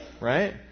right